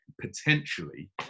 potentially